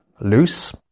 loose